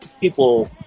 people